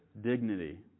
dignity